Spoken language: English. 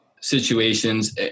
situations